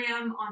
on